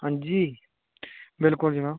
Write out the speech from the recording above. हांजी बिल्कुल जनाब